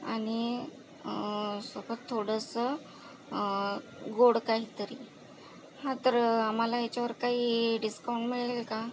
आनि सुकं थोडंसं गोड काहीतरी हा तर मला ह्याच्यावर काही डिस्काउं मिळेल का